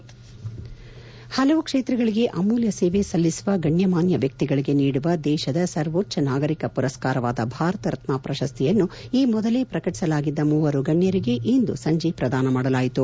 ಮುಖ್ಯಾಂಶನ್ ಹಲವು ಕ್ಷೇತ್ರಗಳಿಗೆ ಅಮೂಲ್ಕ ಸೇವೆ ಸಲ್ಲಿಸುವ ಗಣ್ಯಮಾನ್ಕ ವ್ಯಕ್ತಿಗಳಿಗೆ ನೀಡುವ ದೇಶದ ಸರ್ವೋಚ್ವ ನಾಗರಿಕ ಪುರಸ್ಕಾರವಾದ ಭಾರತ ರತ್ನ ಪ್ರಶಸ್ತಿಯನ್ನು ಈ ಮೊದಲೇ ಪ್ರಕಟಿಸಲಾಗಿದ್ದ ಮೂವರು ಗಣ್ಣರಿಗೆ ಇಂದು ಸಂಜೆ ಪ್ರದಾನ ಮಾಡಲಾಯಿತು